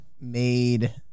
made